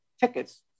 tickets